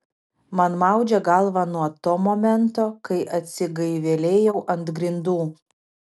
man maudžia galvą nuo to momento kai atsigaivelėjau ant grindų